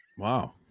Wow